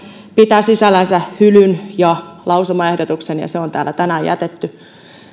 pitää sisällänsä hylyn ja lausumaehdotuksen ja se on täällä tänään